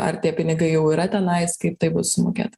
ar tie pinigai jau yra tenais kaip tai bus sumokėta